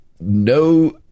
no